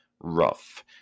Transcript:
rough